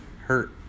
Hurt